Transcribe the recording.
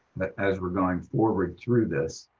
as we're going forward. through this.